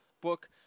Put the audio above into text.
book